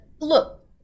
look